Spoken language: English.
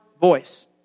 voice